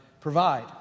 provide